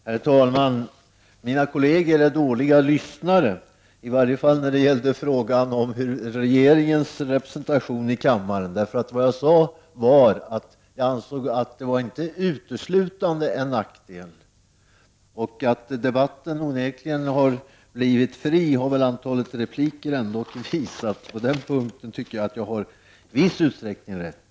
Herr talman! Mina kolleger är dåliga lyssnare, i varje fall när det gäller regeringsrepresentantens frånvaro i kammaren. Jag ansåg att den inte uteslutande var en nackdel, och att debatten har blivit fri har antalet repliker onekligen visat. På den punkten tycker jag att jag i viss utsträckning har fått rätt.